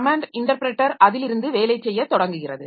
command interpreter அதிலிருந்து வேலை செய்யத் தொடங்குகிறது